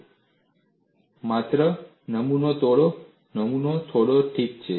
તમે માત્ર નમૂનો તોડો નમૂનો તોડો ઠીક છે